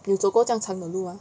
你有走过这样长的路吗